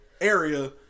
area